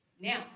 Now